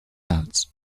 out